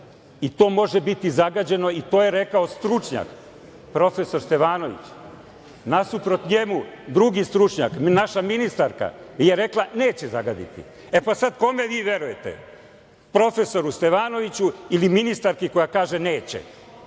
i to može biti zagađeno i to je rekao stručnjak profesor Stevanović. Nasuprot njemu drugi stručnjak, naša ministarka je rekla neće zagaditi. E, pa, sada kome vi verujete, profesoru Stevanoviću ili ministarki koja kaže neće? Pri